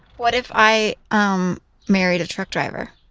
what if i um married a truck driver?